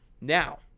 Now